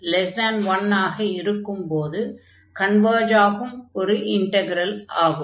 p1ஆக இருக்கும் போது கன்வர்ஜ் ஆகும் ஓர் இன்டக்ரலாகும்